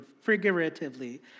figuratively